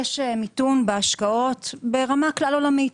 יש מיתון בהשקעות ברמה כלל עולמית